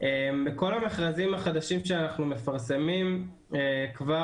בכל המכרזים החדשים שאנחנו מפרסמים כבר